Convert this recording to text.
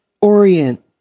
orient